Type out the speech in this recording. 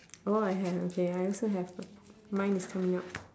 oh I have okay I also have mine is coming up